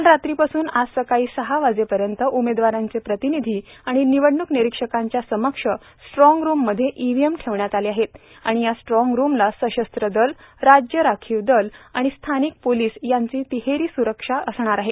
काल रात्रीपासून आज सकाळी सहा वाजेपर्यंत उमेदवारांच्या प्रतिनिधी आणि निवडणूक निरीक्षकांच्या समक्ष स्ट्राँग रूम मध्ये ईव्हीएम ठेवण्यात आले आहेत आणि या स्ट्रॉग रूमला सशस्त्र दल राज्य राखीव दल आणि स्थानिक पोलिस यांचा तिहेरी सुरक्षा पहारा असणार आहे